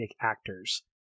actors